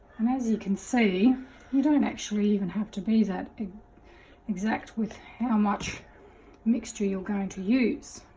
and as you can see you don't actually even have to be that exact with how much mixture you're going to use